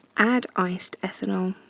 add iced ethanol.